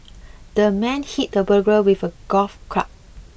the man hit the burglar with a golf club